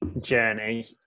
journey